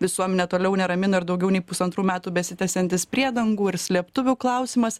visuomenę toliau neramina ir daugiau nei pusantrų metų besitęsiantis priedangų ir slėptuvių klausimas